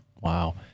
wow